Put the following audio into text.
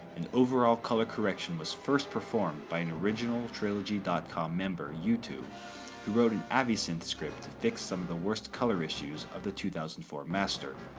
an overall color correction was first performed by an originaltrilogy dot com member, you too, who wrote an avisynth script to fix some of the worst color issues of the two thousand and four master